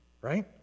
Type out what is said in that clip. right